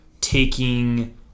taking